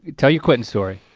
tell your quitting story.